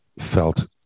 felt